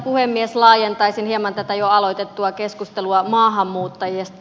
laajentaisin hieman tätä jo aloitettua keskustelua maahanmuuttajista